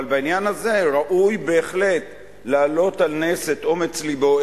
אבל בעניין הזה ראוי בהחלט להעלות על נס את אומץ לבו,